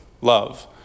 love